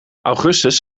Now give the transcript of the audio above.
augustus